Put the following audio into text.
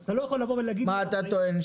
אתה לא יכול לבוא ולהגיד --- מה אתה טוען?